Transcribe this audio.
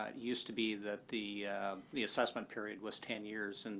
ah used to be that the the assessment period was ten years. and